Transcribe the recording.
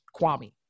kwame